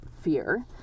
fear